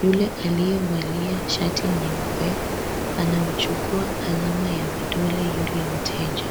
yule aliyevalia shati nyeupe anamchukua alama ya vidole yule mteja.